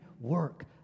work